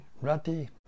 Rati